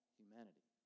humanity